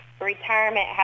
retirement